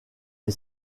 est